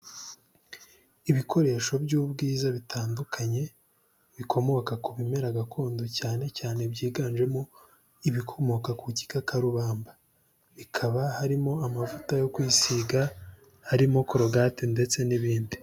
Ibikoresho by'ubwiza bitandukanye bikomoka ku bimera gakondo, cyane cyane byiganjemo ibikomoka ku gikakarubamba harimo: amavuta yo kwisiga, harimo corogate ndetse n'ibindi.